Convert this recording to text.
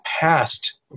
past